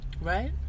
right